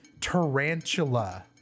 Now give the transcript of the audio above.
tarantula